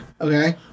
Okay